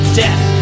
death